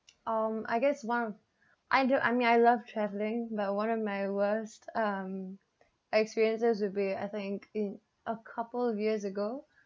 um I guess one I do I mean I love traveling but one of my worst um experiences will be I think in a couple of years ago